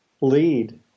lead